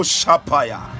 Shapaya